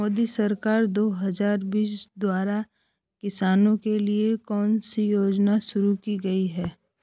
मोदी सरकार दो हज़ार बीस द्वारा किसानों के लिए कौन सी योजनाएं शुरू की गई हैं?